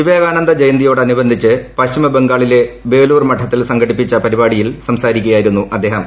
വിവേകാനന്ദ ജയന്തിയോടനുബന്ധിച്ച് പശ്ചിമ ബംഗാളിലെ ബേലൂർ മഠത്തിൽ സംഘടിപ്പിച്ച പരിപാടിയിൽ സംസാരിക്കുകയായിരുന്നു അദ്ദേഹം